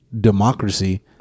democracy